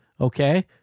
Okay